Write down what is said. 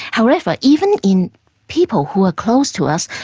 however, even in people who are close to us,